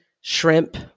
shrimp